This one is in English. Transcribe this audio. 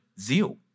zeal